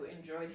enjoyed